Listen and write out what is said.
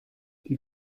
die